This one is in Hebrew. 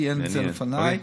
אין את זה לפניי.